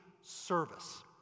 service